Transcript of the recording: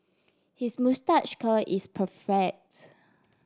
his moustache curl is perfect